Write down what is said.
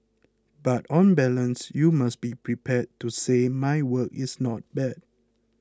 but on balance you must be prepared to say my work is not bad